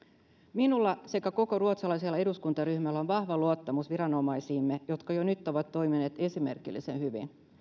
minulla sekä koko ruotsalaisella eduskuntaryhmällä on vahva luottamus viranomaisiimme jotka jo nyt ovat toimineet esimerkillisen hyvin